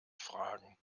fragen